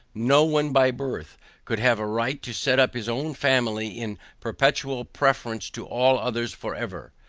no one by birth could have a right to set up his own family in perpetual preference to all others for ever,